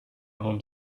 home